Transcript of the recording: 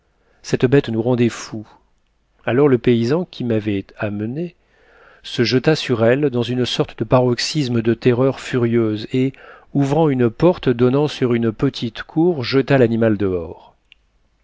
cette bête nous rendait fous alors le paysan qui m'avait amené se jeta sur elle dans une sorte de paroxysme de terreur furieuse et ouvrant une porte donnant sur une petite cour jeta l'animal dehors